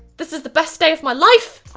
this is the best day of my life.